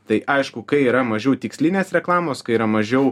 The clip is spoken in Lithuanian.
tai aišku kai yra mažiau tikslinės reklamos kai yra mažiau